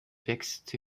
wechselte